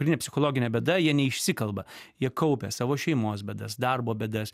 pagrindinė psichologinė bėda jie neišsikalba jie kaupia savo šeimos bėdas darbo bėdas